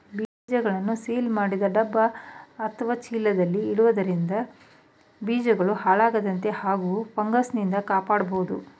ಬೀಜಗಳನ್ನು ಸೀಲ್ ಮಾಡಿದ ಡಬ್ಬ ಅತ್ವ ಚೀಲದಲ್ಲಿ ಇಡೋದ್ರಿಂದ ಬೀಜಗಳು ಹಾಳಾಗದಂತೆ ಹಾಗೂ ಫಂಗಸ್ನಿಂದ ಕಾಪಾಡ್ಬೋದು